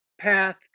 path